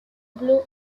blue